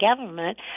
government